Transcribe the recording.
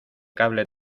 cable